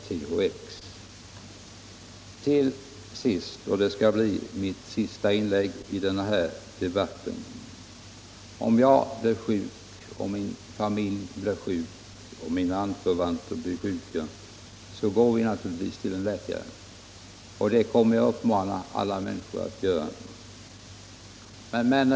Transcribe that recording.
Till sist vill jag säga — och det skall bli mitt sista inlägg i denna debatt - att om jag, mina familjemedlemmar eller anförvanter blir sjuka, går vi naturligtvis till en läkare, och det kommer jag att uppmana alla människor att göra i en sådan situation.